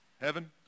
Heaven